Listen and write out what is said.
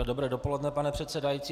Dobré dopoledne, pane předsedající.